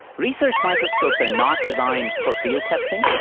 research microscopes are not designed for field testing.